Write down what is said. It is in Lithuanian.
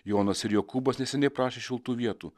jonas ir jokūbas neseniai prašė šiltų vietų